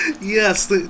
Yes